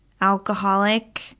alcoholic